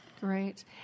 Great